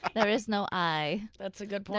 there is no i. that's a good point.